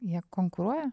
jie konkuruoja